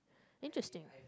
interesting